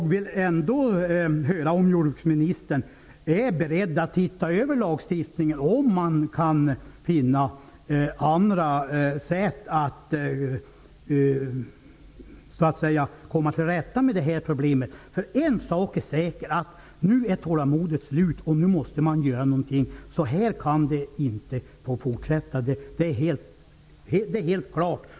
Är jordbruksministern beredd att se över lagstiftningen för att se om man kan finna andra sätt att komma till rätta med problemet? En sak är säker: Nu är tålamodet slut! Man måste göra någonting. Så här kan det inte få fortsätta. Det är helt klart.